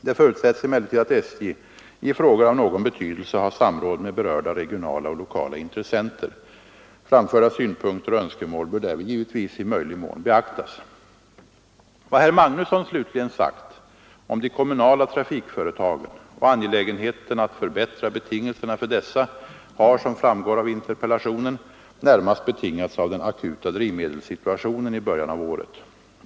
Det förutsätts emellertid att SJ i frågor av någon betydelse har samråd med berörda regionala och lokala intressenter. Framförda synpunkter och önskemål bör därvid givetvis i möjlig mån beaktas. Vad herr Magnusson slutligen sagt om de kommunala trafikföretagen och angelägenheten att förbättra betingelserna för dessa har — som framgår av interpellationen — närmast betingats av den akuta drivmedelssituationen i början av året.